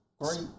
Great